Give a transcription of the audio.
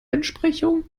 entsprechung